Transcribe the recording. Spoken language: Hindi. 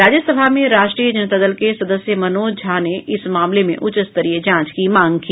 राज्यसभा में राष्ट्रीय जनता दल के सदस्य मनोज झा ने इस मामले में उच्च स्तरीय जांच की मांग की